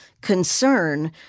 concern